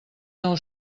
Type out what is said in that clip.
nou